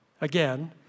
Again